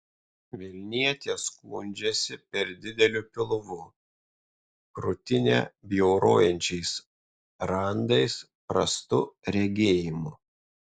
vilnietė skundžiasi per dideliu pilvu krūtinę bjaurojančiais randais prastu regėjimu